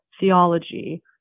theology